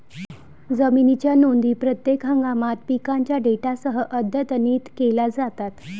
जमिनीच्या नोंदी प्रत्येक हंगामात पिकांच्या डेटासह अद्यतनित केल्या जातात